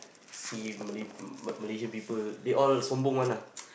see Malay Malaysian people they all one ah